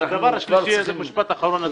משפט אחרון.